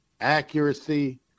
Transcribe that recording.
accuracy